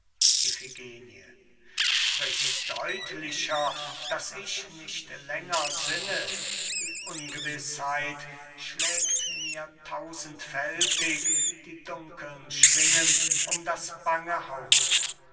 sprich deutlicher daß ich nicht länger sinne die ungewißheit schlägt mir tausendfältig die dunkeln schwingen um das bange haupt